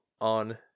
on